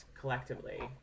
collectively